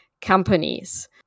companies